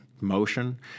motion